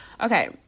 Okay